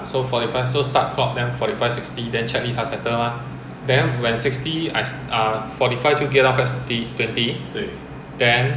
I think it's it's distracting so I don't like so usually I manual fly [one] I say just turn off flight director then I manual fly ya